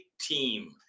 team